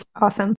Awesome